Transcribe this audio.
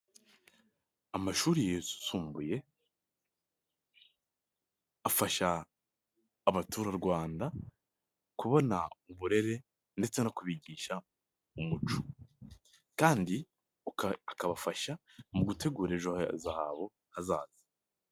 Amashuri yisumbuye, afasha abaturarwanda, kubona uburere ndetse no kubigisha umuco, kandi akabafasha mu gutegura ejo heza habo hazaza.